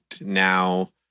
now